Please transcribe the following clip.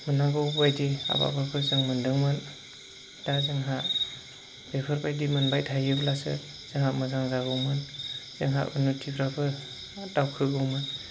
मोननांगौ बायदि आबादफोरखौ जों मोन्दोंमोन दा जोंहा बेफोरबायदि मोनबाय थायोब्लासो जोंहा मोजां जागौमोन जोंहा उनन'थिफ्राबो दावखोगौमोन